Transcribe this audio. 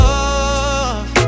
Love